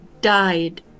died